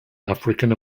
african